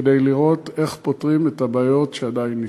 כדי לראות איך פותרים את הבעיות שעדיין נשארו.